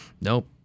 Nope